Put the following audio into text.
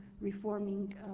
reforming